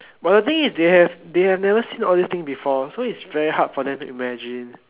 but the thing is they have they have never seen all these things before so it's very to hard for them to imagine